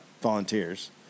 volunteers